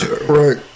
Right